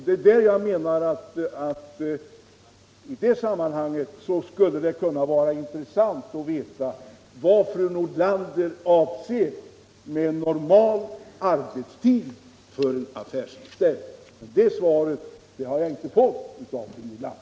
Det är därför jag anser att det skulle vara intressant att få veta vad fru Nordlander avser med normal arbetstid för en affärsanställd. Men det svaret har jag inte fått av fru Nordlander.